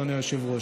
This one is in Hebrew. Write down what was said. אדוני היושב-ראש.